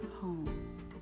home